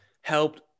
helped